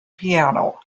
piano